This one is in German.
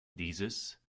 dieses